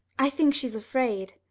i think she's afraid.